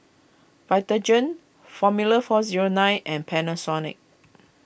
Vitagen formula four zero nine and Panasonic